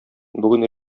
бүген